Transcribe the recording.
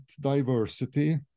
diversity